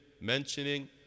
mentioning